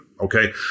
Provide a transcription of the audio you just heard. Okay